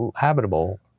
habitable